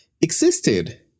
existed